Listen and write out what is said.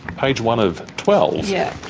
page one of twelve. yeah